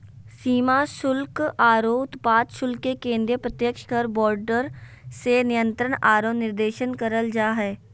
सीमा शुल्क आरो उत्पाद शुल्क के केंद्रीय प्रत्यक्ष कर बोर्ड से नियंत्रण आरो निर्देशन करल जा हय